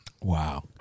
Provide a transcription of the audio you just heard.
Wow